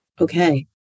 okay